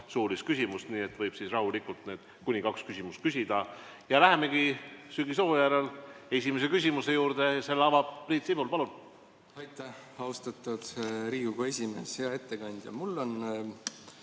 suulist küsimust, nii et võib rahulikult need kaks küsimust küsida. Ja lähemegi sügishooajal esimese küsimuse juurde, selle esitab Priit Sibul. Palun! Aitäh, austatud Riigikogu esimees! Hea ettekandja!